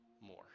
more